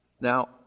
Now